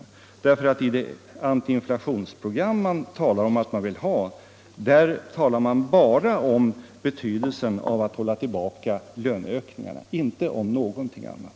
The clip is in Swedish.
I motiveringen för det antiinflationsprogram som man säger att man vill ha talar man bara om betydelsen av att hålla tillbaka löneökningar — inte om någonting annat.